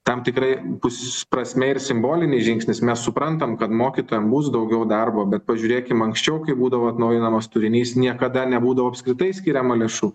tam tikrai bus prasmė ir simbolinis žingsnis mes suprantam kad mokytojam bus daugiau darbo bet pažiūrėkim anksčiau kai būdavo atnaujinamas turinys niekada nebūdavo apskritai skiriama lėšų